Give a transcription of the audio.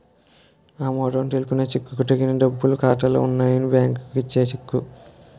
ఆమోదం తెలిపిన చెక్కుకు తగిన డబ్బులు ఖాతాలో ఉన్నాయని బ్యాంకు ఇచ్చే చెక్కు